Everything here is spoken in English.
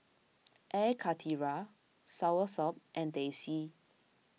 Air Karthira Soursop and Teh C